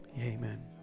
amen